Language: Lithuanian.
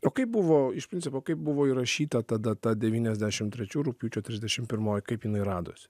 o kaip buvo iš principo kaip buvo įrašyta ta data devyniasdešimt trečių rugpjūčio trisdešimt pirmoji kaip jinai radosi